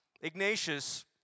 Ignatius